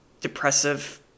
depressive